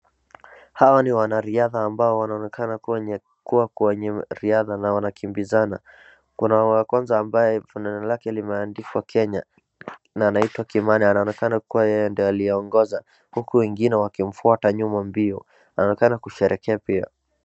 Hawa ni wanariadha ambao wanaonekana kwenye riadha na wanakimbizana kuna wa kwanza ambaye fulana lake limeandikwa kenya na anaitwa Kimana anaonekana yeye ndiye aliongoza huku wengine wakimfuata mbio anaonekana kusherehekea pia.